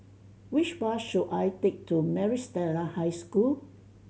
which bus should I take to Maris Stella High School